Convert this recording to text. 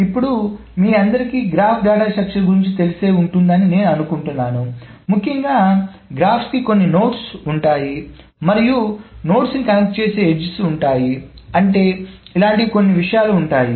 ఇప్పుడు మీ అందరికీ గ్రాఫ్ డేటా స్ట్రక్చర్ గురించి తెలిసి ఉంటుందని అని నేను అనుకుంటున్నాను ముఖ్యంగా గ్రాఫ్ కి కొన్ని నోడ్స్ ఉంటాయి మరియు నోడ్స్ ను కనెక్ట్ చేసే ఎడ్జ్ లు ఉంటాయి అంటే ఇలాంటివి కొన్ని విషయాలు ఉంటాయి